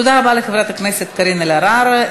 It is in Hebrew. תודה רבה לחברת הכנסת קארין אלהרר.